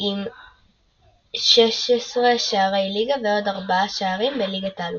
עם 16 שערי ליגה ועוד 4 שערים בליגת האלופות.